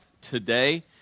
today